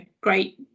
great